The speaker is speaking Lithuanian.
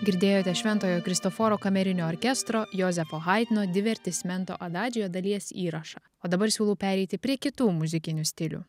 girdėjote šventojo kristoforo kamerinio orkestro jozefo haidno divertismento adadžio dalies įrašą o dabar siūlau pereiti prie kitų muzikinių stilių